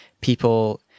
people